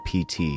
PT